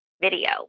video